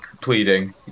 pleading